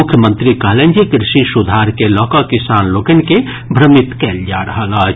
मुख्यमंत्री कहलनि जे कृषि सुधार के लऽ कऽ किसान लोकनि के भ्रमित कयल जा रहल अछि